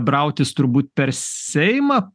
brautis turbūt per seimą